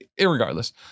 irregardless